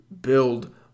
build